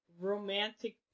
romantic